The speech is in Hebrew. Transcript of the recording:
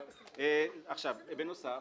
בנוסף,